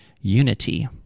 unity